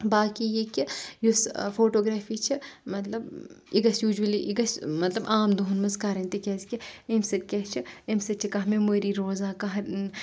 باقٕے یہِ کہِ یُس فوٹوگرافی چھِ مطلب یہِ گژھِ یوٗجؤلی یہِ گژھِ مطلب عام دۄہن منز کَرٕنۍ تِکیازِ کہِ امہِ سۭتۍ کیاہ چھِ امہِ سۭتۍ چھِ کانٛہہ میٚموری روزان کانٛہہ